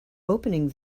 opening